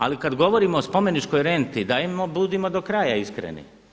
Ali kada govorimo o spomeničkoj renti dajmo, budimo do kraja iskreni.